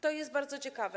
To jest bardzo ciekawe.